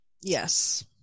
Yes